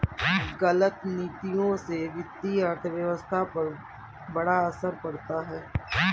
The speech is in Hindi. गलत नीतियों से वित्तीय अर्थव्यवस्था पर बड़ा असर पड़ता है